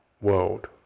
world